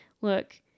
look